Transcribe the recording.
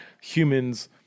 humans